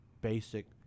basic